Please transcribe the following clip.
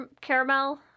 caramel